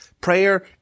Prayer